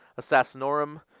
Assassinorum